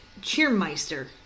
Cheermeister